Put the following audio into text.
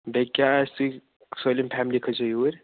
بیٚیہِ کیٛاہ آسہِ سٲلِم فیملی کھٔسِو یوٗرۍ